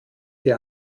die